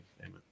amen